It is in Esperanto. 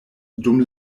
dum